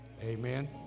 Amen